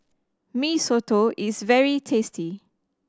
Mee Soto is very tasty